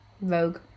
Vogue